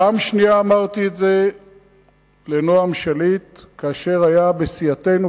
פעם שנייה אמרתי את זה לנועם שליט כאשר הוא היה בסיעתנו,